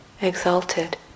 exalted